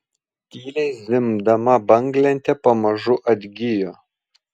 tyliai zvimbdama banglentė pamažu atgijo